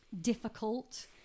difficult